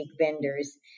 vendors